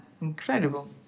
Incredible